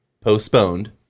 postponed